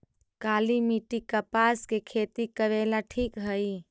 काली मिट्टी, कपास के खेती करेला ठिक हइ?